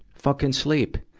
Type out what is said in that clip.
fucking sleep.